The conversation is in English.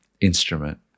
instrument